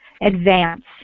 advance